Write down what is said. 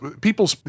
people